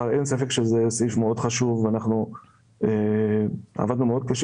אין ספק שזה סעיף מאוד חשוב ואנחנו עבדנו מאוד קשה